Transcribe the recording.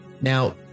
Now